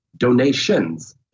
Donations